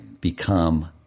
become